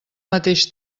mateix